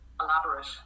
elaborate